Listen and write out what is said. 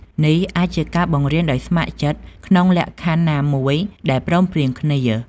នេះអាចជាការបង្រៀនដោយស្ម័គ្រចិត្ត ឬក្នុងលក្ខខណ្ឌណាមួយដែលព្រមព្រៀងគ្នា។